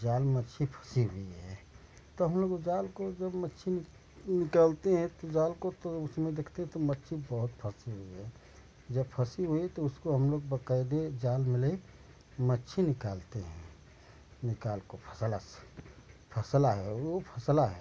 जाल मछली में फसी हुई है तो हम लोग उस जाल को जब मच्छी निकालते है तो जाल को तो उसमें देखते हैं तो मछली बहुत फसी हुई है जब फसी हुई है तो उसको हम लोग बकायदे जाल में ले मच्छी निकालते हैं निकाल के फसलस फसला है वो फसला है वो